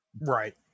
right